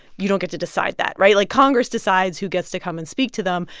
you don't get to decide that, right? like, congress decides who gets to come and speak to them.